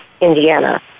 Indiana